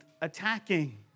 attacking